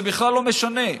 זה בכלל לא משנה.